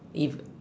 if